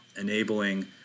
enabling